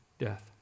Death